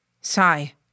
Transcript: Sigh